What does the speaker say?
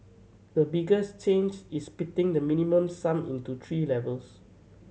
the biggest change is splitting the Minimum Sum into three levels